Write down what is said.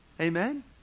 amen